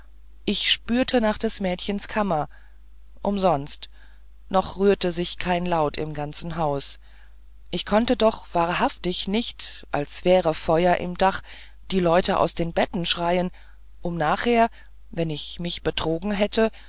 ich spürte nach des mädchens kammer umsonst noch rührte sich kein laut im ganzen hause ich konnte doch wahrhaftig nicht als wäre feuer im dach die leute aus den betten schreien um nachher wenn ich mich betrogen hätte